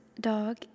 dog